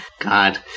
God